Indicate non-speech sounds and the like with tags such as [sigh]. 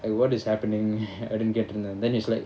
and what is happening [laughs] I didn't get in then he's like